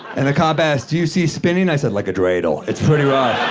and the cop asked, do you see spinning? i said, like a dreidel, it's pretty rough,